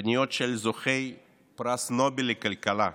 פניות של זוכי פרס נובל לכלכלה,